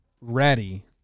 ready